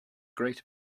greater